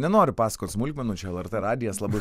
nenoriu pasakot smulkmenų čia lrt radijas labai